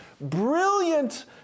brilliant